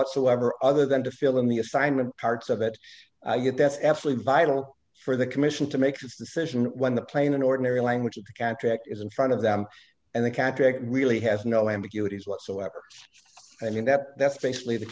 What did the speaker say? whatsoever other than to fill in the assignment parts of it that's absolutely vital for the commission to make this decision when the plane an ordinary language of the contract is in front of them and the contract really has no ambiguity whatsoever and in depth that's basically the